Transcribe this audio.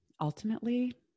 Ultimately